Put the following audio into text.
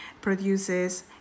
produces